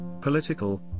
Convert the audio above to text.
political